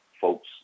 folks